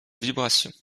vibrations